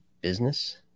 business